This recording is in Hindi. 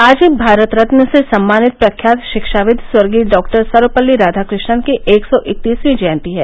आज भारत रत्न से सम्मानित प्रख्यात रिक्षाविद् स्वर्गीय डॉक्टर सर्वपल्ली राधाकृष्णन् की एक सौ इकतीसवीं जयती है